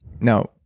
Now